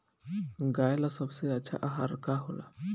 गाय ला सबसे अच्छा आहार का होला?